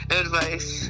advice